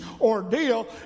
ordeal